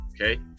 Okay